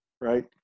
right